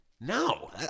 No